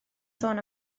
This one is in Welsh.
sôn